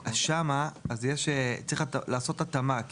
שם, צריך לעשות התאמה.